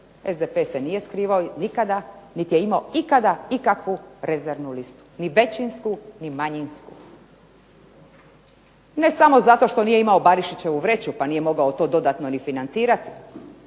SDP se nije skrivao nikada niti je imao ikada ikakvu rezervnu listu. Ni većinsku ni manjinsku. Ne samo zato što nije imao Barišićevu vreću pa nije mogao to dodatno financirati